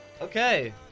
Okay